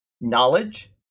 knowledge